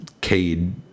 Cade